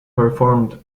performed